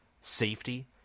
safety